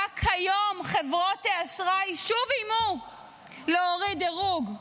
רק היום חברות האשראי שוב איימו להוריד את הדירוג.